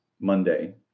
Monday